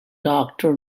doctor